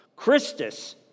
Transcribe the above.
Christus